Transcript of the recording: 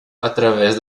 através